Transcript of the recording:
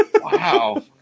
Wow